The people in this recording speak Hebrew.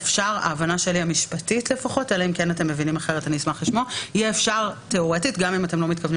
ההבנה המשפטית שלי היא שאפשר יהיה תאורטית גם אם אתם לא מתכוונים